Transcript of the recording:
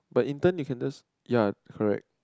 but intern you can just ya correct